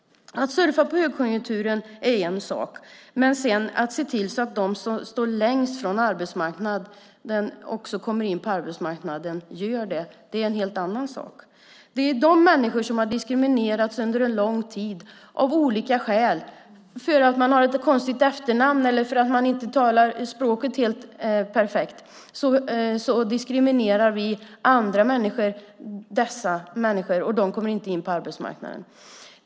Att surfa på högkonjunkturen är en sak, men att sedan se till att de som står längst från arbetsmarknaden också kommer in på arbetsmarknaden är en helt annan sak. Det handlar om de människor som av olika skäl har diskriminerats under en lång tid. På grund av att de har ett konstigt efternamn eller för att de inte talar språket helt perfekt diskriminerar andra människor dessa människor, och de kommer inte in på arbetsmarknaden.